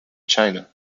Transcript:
china